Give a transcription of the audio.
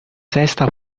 sesta